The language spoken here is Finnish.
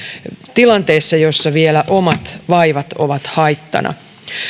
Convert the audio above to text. tilanteessa jossa vielä omat vaivat ovat haittana